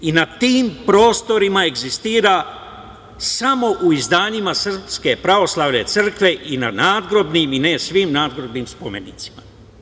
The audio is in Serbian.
Na tim prostorima egzistira samo u izdanjima Srpske pravoslavne crkve i na nadgrobnim i ne svim nadgrobnim spomenicima.